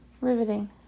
Riveting